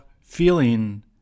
feeling